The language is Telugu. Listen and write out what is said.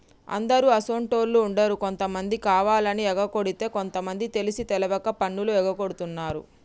అందరు అసోంటోళ్ళు ఉండరు కొంతమంది కావాలని ఎగకొడితే కొంత మంది తెలిసి తెలవక పన్నులు ఎగగొడుతున్నారు